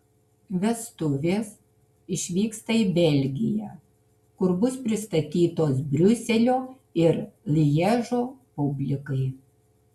vestuvės išvyksta į belgiją kur bus pristatytos briuselio ir lježo publikai